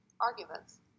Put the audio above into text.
arguments